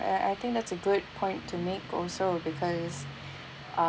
and I I think that's a good point to make also because uh